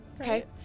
Okay